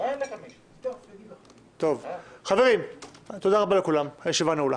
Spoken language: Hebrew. תודה רבה, הישיבה נעולה.